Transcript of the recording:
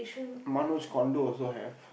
Manoj condo also have